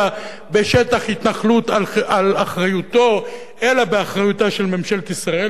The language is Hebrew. בשטח התנחלות על אחריותו אלא באחריותה של ממשלת ישראל,